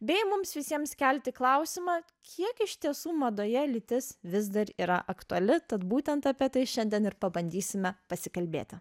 bei mums visiems kelti klausimą kiek iš tiesų madoje lytis vis dar yra aktuali tad būtent apie tai šiandien ir pabandysime pasikalbėti